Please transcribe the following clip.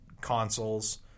consoles